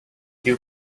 you